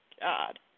God